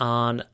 on